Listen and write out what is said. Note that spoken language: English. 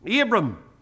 Abram